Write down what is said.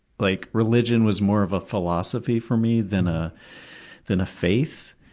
like religion was more of a philosophy for me than ah than a faith,